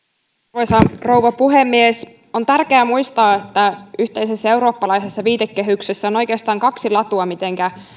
arvoisa rouva puhemies on tärkeä muistaa että yhteisessä eurooppalaisessa viitekehyksessä on oikeastaan kaksi latua se mitenkä